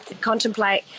contemplate